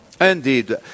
Indeed